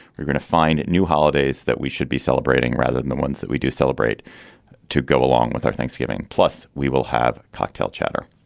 we're going to find new holidays that we should be celebrating rather than the ones that we do celebrate to go along with our thanksgiving. plus, we will have cocktail chatter.